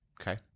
Okay